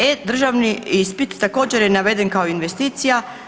E-državni ispit također je naveden kao investicija.